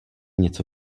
něco